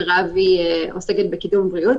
מרב עוסקת בקידום בריאות,